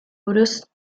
buruz